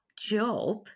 job